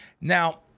Now